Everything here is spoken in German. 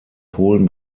polen